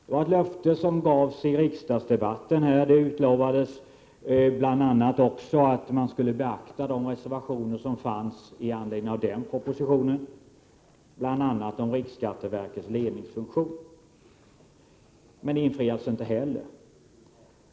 Det var ett löfte som gavs i riksdagsdebatten, där det bl.a. också utlovades att man skulle beakta de reservationer som fanns i anledning av denna proposition, bl.a. om riksskatteverkets ledningsfunktion. Men det infriades inte heller.